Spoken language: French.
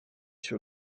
sur